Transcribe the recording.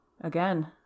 Again